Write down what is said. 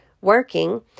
working